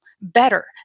Better